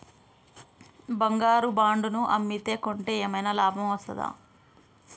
బంగారు బాండు ను అమ్మితే కొంటే ఏమైనా లాభం వస్తదా?